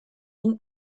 ihnen